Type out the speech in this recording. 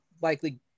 likely